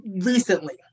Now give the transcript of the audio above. recently